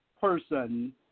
person